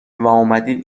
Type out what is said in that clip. واومدین